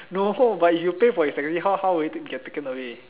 no but if you also pay for his taxi how how will it take get taken away